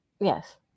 Yes